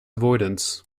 avoidance